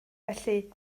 felly